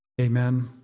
Amen